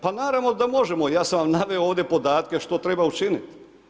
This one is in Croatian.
Pa naravno da možemo ja sam vam naveo ovdje podatke što treba učiniti.